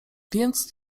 więc